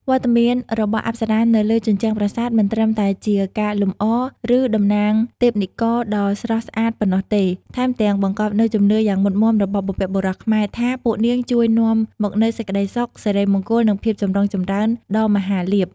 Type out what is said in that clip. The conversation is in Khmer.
វត្តមានរបស់អប្សរានៅលើជញ្ជាំងប្រាសាទមិនត្រឹមតែជាការលម្អ ឬតំណាងទេពនិករដ៏ស្រស់ស្អាតប៉ុណ្ណោះទេ ថែមទាំងបង្កប់នូវជំនឿយ៉ាងមុតមាំរបស់បុព្វបុរសខ្មែរថា ពួកនាងជួយនាំមកនូវ សេចក្តីសុខ សិរីមង្គល និងភាពចម្រុងចម្រើន ដ៏មហាលាភ។